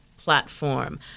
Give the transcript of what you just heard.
platform